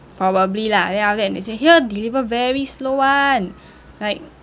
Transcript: probably lah then after that he say here deliver very slow [one] like